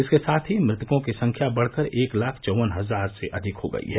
इसके साथ ही मृतकों की संख्या बढकर एक लाख चौवन हजार से अधिक हो गई है